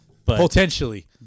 Potentially